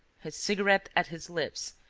his cigarette at his lips,